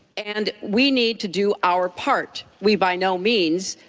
and we need to do our part. we, by no means,